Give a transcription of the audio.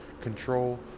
control